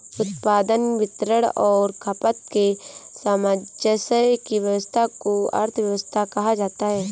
उत्पादन, वितरण और खपत के सामंजस्य की व्यस्वस्था को अर्थव्यवस्था कहा जाता है